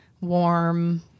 warm